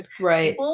Right